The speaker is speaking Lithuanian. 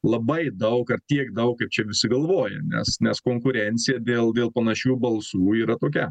labai daug ar tiek daug kaip čia visi galvoja nes nes konkurencija dėl dėl panašių balsų yra tokia